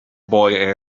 boy